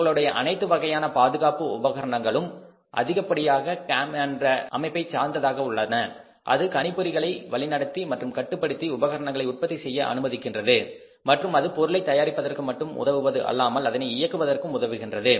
உங்களுடைய அனைத்து வகையான பாதுகாப்பு உபகரணங்களும் அதிகப்படியாக CAM என்பதை சார்ந்ததாக உள்ளன அது கணிப்பொறிகளை வழிநடத்தி மற்றும் கட்டுப்படுத்தி உபகரணங்களை உற்பத்தி செய்ய அனுமதிக்கின்றது மற்றும் இது பொருளை தயாரிப்பதற்கு மட்டும் உதவுவது அல்லாமல் அதனை இயக்குவதற்கும் உதவுகின்றது